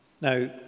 Now